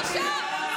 השורדות מתחננות לפגישה,